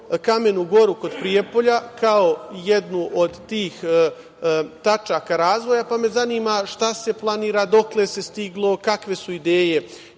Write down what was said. Kamenu Goru kod Prijepolja kao jednu od tih tačaka razvoja, pa me zanima šta se planira, dokle se stiglo i kakve su ideje